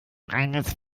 reines